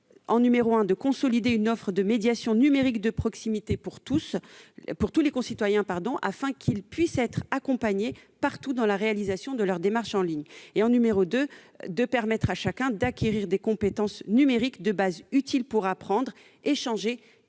premièrement, de consolider une offre de médiation numérique de proximité pour tous nos concitoyens, afin qu'ils puissent être accompagnés partout dans la réalisation de leurs démarches en ligne, et, deuxièmement, de permettre à chacun d'acquérir des compétences numériques de base utiles pour apprendre, échanger,